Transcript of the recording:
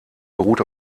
beruhte